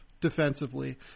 defensively